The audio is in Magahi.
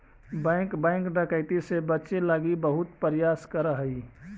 बैंक बैंक डकैती से बचे लगी बहुत प्रयास करऽ हइ